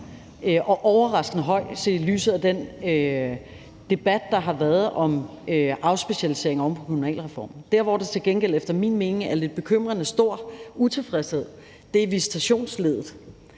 og overraskende høj set i lyset af den debat, der har været, om afspecialisering oven på kommunalreformen. Der, hvor der til gengæld efter min mening er lidt bekymrende stor utilfredshed, er omkring visitationsleddet